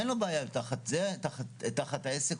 אין לו בעיה תחת העסק,